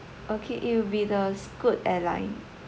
okay it will be the scoot airline